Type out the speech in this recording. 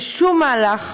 שום מהלך